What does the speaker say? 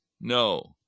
no